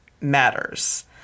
matters